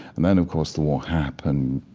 and then, of course, the war happened